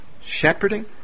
shepherding